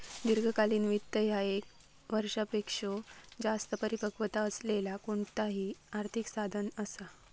दीर्घकालीन वित्त ह्या ये क वर्षापेक्षो जास्त परिपक्वता असलेला कोणताही आर्थिक साधन असा